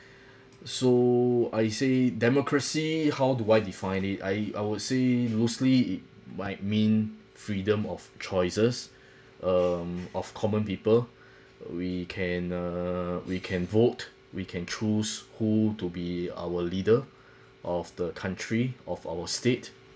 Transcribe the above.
so I say democracy how do I define it I I would say loosely it might mean freedom of choices um of common people we can err we can vote we can choose who to be our leader of the country of our state